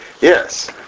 Yes